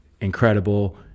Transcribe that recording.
Incredible